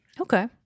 Okay